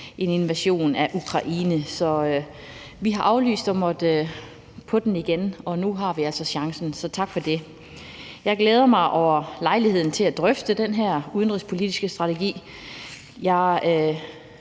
en invasion af Ukraine. Så vi har aflyst og måttet på den igen, og nu har vi altså chancen, så tak for det. Jeg glæder mig over lejligheden til at drøfte den her udenrigspolitiske strategi.